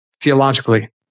theologically